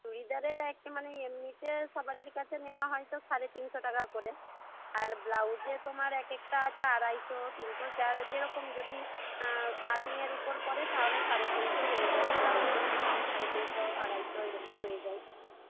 চুড়িদারের এক মানে এমনিতে সবারই কাছে নেওয়া হয় তো সাড়ে তিনশো টাকা করে আর ব্লাউজে তোমার এক একটা আছে আড়াইশো তিনশো যার যেরকম যদি কাটিংয়ের উপর পড়ে তাহলে সাড়ে তিনশো হয়ে যায় ব্লাউজও সাড়ে তিনশো আড়াইশো এই রকম হয়ে যায়